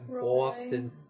Boston